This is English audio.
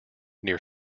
near